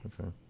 Okay